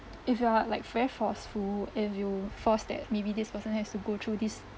if you are like like very forceful if you force that maybe this person has to go through this